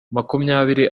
makumyabiri